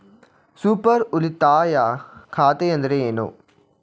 Super ಉಳಿತಾಯ ಖಾತೆ ಎಂದರೇನು?